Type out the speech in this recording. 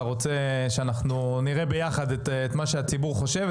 רוצה שאנחנו נראה ביחד את מה שהציבור חושב,